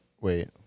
Wait